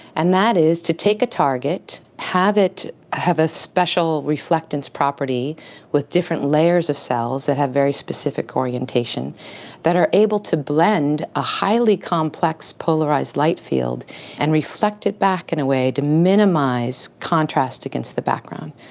and that is to take a target, have it have a special reflectance property with different layers of cells that have very specific orientation that are able to blend a highly complex polarised light field and reflect it back in a way, to minimise contrast against the background.